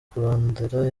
kurondera